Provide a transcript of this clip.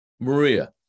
Maria